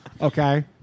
Okay